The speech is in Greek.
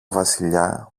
βασιλιά